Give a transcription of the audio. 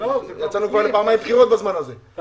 מי